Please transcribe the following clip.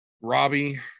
Robbie